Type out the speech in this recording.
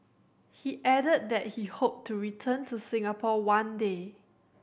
he added that he hoped to return to Singapore one day